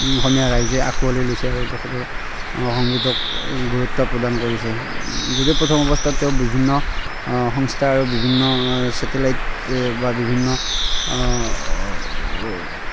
অসমীয়া ৰাইজে আঁকোৱালি লৈছে আৰু তেখেতৰ সংগীতক গুৰুত্ব প্ৰদান কৰিছে যিটো প্ৰথম অৱস্থাত তেওঁ বিভিন্ন সংস্থাৰ বিভিন্ন চেটেলাইটে বা বিভিন্ন